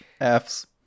Fs